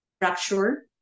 fracture